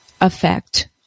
effect